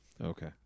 Okay